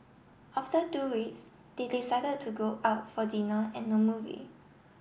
after two weeks they decided to go out for dinner and a movie